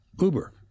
Uber